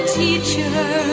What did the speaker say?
teacher